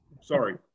sorry